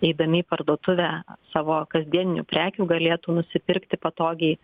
eidami į parduotuvę savo kasdieninių prekių galėtų nusipirkti patogiai